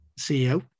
ceo